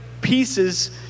pieces